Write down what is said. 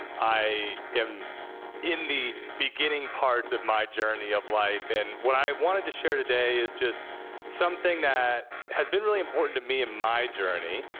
i am in the beginning parts of my journey of life, and what i wanted to share today is just something that had been really important to me in my journey.